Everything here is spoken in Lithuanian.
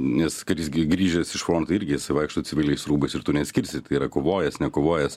nes karys gi grįžęs iš fronto irgi vaikšto civiliais rūbais ir tu neatskirsi tai yra kovojęs nekovojęs